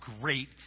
great